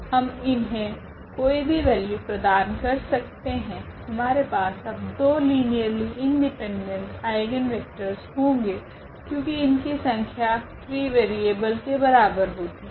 हम इन्हे कोई भी वैल्यू प्रदान कर सकते है हमारे पास अब दो लीनियरली इंडिपेंडेंट आइगनवेक्टरस होगे क्योकि इनकी संख्या फ्री वेरिएबलस के बराबर होती है